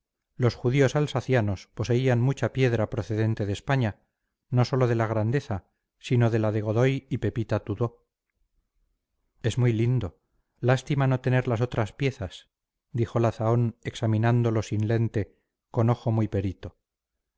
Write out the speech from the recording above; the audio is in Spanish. los judíos alsacianos poseían mucha piedra procedente de españa no sólo de la grandeza sino de la de godoy y pepita tudó es muy lindo lástima no tener las otras piezas dijo la zahón examinándolo sin lente con ojo muy perito